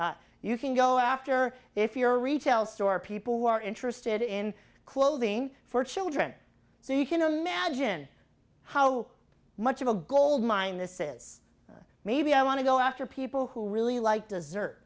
bodybuilding you can go after if you're a retail store people who are interested in clothing for children so you can imagine how much of a goldmine this is maybe i want to go after people who really like dessert